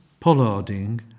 pollarding